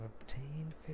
obtained